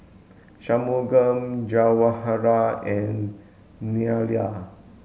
Shunmugam Jawaharlal and Neila